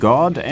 God